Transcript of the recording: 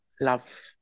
love